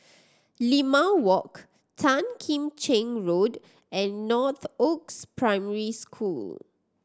Limau Walk Tan Kim Cheng Road and Northoaks Primary School